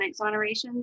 exonerations